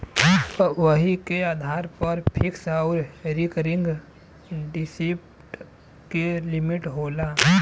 वही के आधार पर फिक्स आउर रीकरिंग डिप्सिट के लिमिट होला